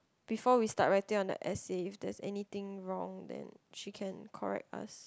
before we start writing on the essay if there's anything wrong then she can correct us